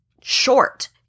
short